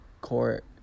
court